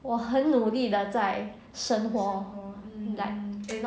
我很努力地在生活 like